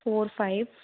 four five